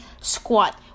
squat